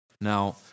Now